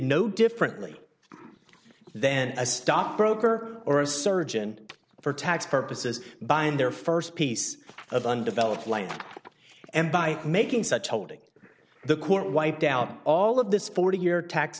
no differently then a stock broker or a surgeon for tax purposes buying their st piece of undeveloped land and by making such holding the court wiped out all of this forty year tax